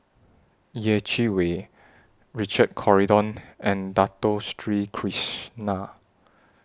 Yeh Chi Wei Richard Corridon and Dato Sri Krishna